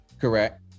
Correct